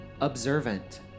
Observant